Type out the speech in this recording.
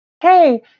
Hey